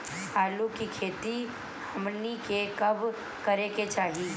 आलू की खेती हमनी के कब करें के चाही?